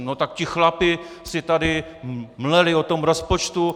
No tak ti chlapi si tady mleli o tom rozpočtu...